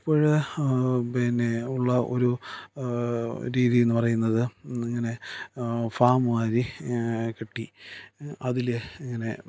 ഇപ്പോൾ പിന്നെ ഉള്ള ഒരു രീതിയിൽ നിന്നു പറയുന്നത് ഇങ്ങനെ ഫാം മാതിരി കെട്ടി അതിൽ ഇങ്ങനെ